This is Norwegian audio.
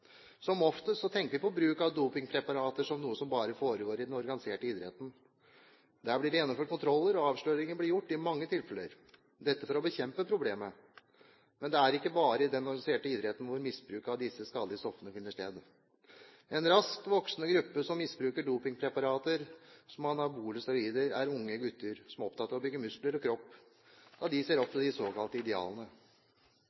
Som oftest tenker vi på bruk av dopingpreparater som noe som bare foregår i den organiserte idretten. Der blir det gjennomført kontroller, og avsløringer blir gjort i mange tilfeller, dette for å bekjempe problemet. Men det er ikke bare i den organiserte idretten misbruk av disse skadelige stoffene finner sted. En raskt voksende gruppe som misbruker dopingpreparater, som anabole steroider, er unge gutter som er opptatt av å bygge muskler og kropp, da de ser opp